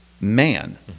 man